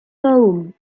foam